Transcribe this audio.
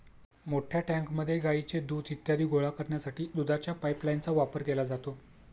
मोठ्या टँकमध्ये गाईचे दूध इत्यादी गोळा करण्यासाठी दुधाच्या पाइपलाइनचा वापर केला जातो